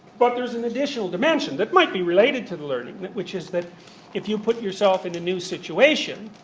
but there's an additional dimension that might be related to the learning, which is that if you put yourself in a new situation,